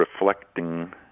reflecting